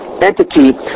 entity